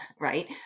right